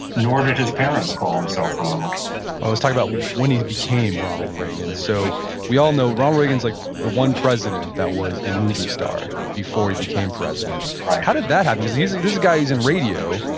nor did his parents call himself ronald let's talk about when he became ronald reagan. so we all know, ronald reagan's like the one president that was a movie star before he became president right how did that happen? because this guy's in radio.